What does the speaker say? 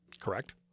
Correct